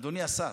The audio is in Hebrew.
אדוני השר,